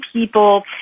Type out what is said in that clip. people –